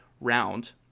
round